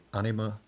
anima